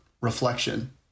reflection